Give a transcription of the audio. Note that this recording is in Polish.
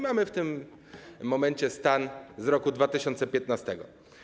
Mamy w tym momencie stan z roku 2015.